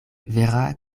vera